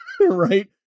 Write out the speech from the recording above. Right